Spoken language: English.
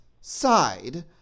side